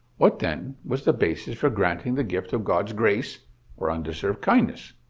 what then was the basis for granting the gift of god's grace or undeserved kindness?